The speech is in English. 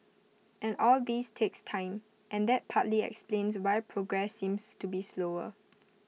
and all this takes time and that partly explains why progress seems to be slower